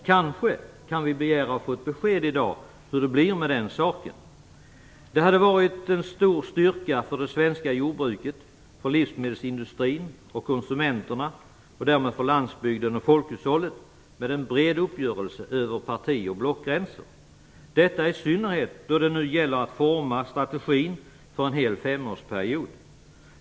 Kanske kan vi begära att få ett besked i dag om hur det blir med den saken. Det hade varit en stor styrka för det svenska jordbruket, den svenska livsmedelsindustrin och konsumenterna och därmed för landsbygden och folkhushållet med en bred uppgörelse över parti och blockgränser, i synnerhet som det nu gäller att utforma strategin för en hel femårsperiod.